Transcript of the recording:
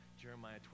Jeremiah